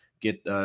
get